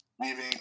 leaving